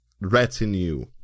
retinue